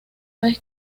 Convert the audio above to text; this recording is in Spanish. vez